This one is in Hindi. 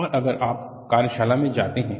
और अगर आप कार्यशाला में जाते हैं